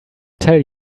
tell